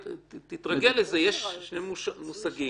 תתרגל לזה, יש שני מושגים.